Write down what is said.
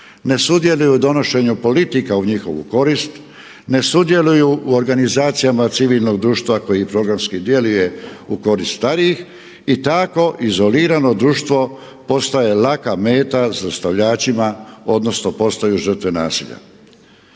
ne sudjeluju u donošenju politika u njihovu korist, ne sudjeluju u organizacijama civilnog društva koji programski djeluje u korist starijih i tako izolirano društvo postaje laka meta zlostavljačima, odnosno postaju žrtve nasilja.